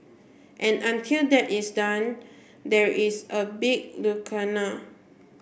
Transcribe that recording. and until that is done there is a big lacuna